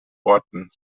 orten